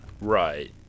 Right